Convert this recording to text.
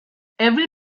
every